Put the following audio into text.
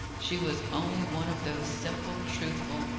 she was only one of those simple, truthful,